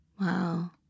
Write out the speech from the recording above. wow